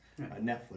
Netflix